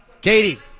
Katie